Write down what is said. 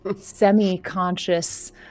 semi-conscious